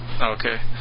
Okay